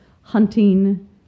hunting